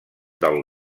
del